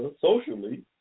socially